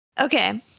Okay